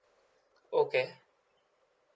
okay